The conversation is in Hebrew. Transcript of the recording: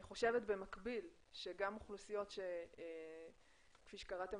במקביל אני חושבת שגם אוכלוסיות שכפי שקראתם